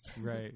Right